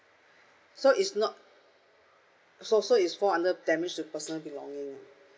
so it's not so so is fall under damage to personal belonging